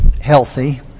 healthy